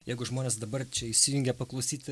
jeigu žmonės dabar čia įsijungia paklausyti